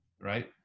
right